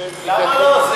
למה לא?